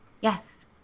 Yes